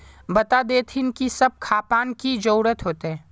बता देतहिन की सब खापान की जरूरत होते?